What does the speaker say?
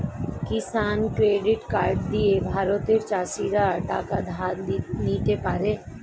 কিষান credit card দিয়ে ভারতের চাষীরা টাকা ধার নিতে পারে